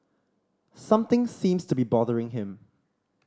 something seems to be bothering him